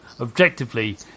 Objectively